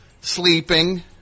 sleeping